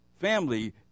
family